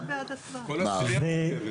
כל הרצליה מעוכבת,